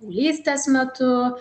lystės metu